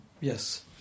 Yes